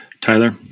Tyler